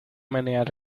menear